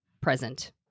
present